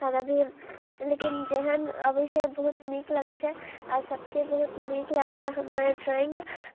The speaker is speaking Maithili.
आओर अभी लेकिन जेहन अबै छै बहुत नीक लगैत छै आ सभके बहुत नीक लगैए हमर ड्रॉइंग